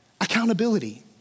accountability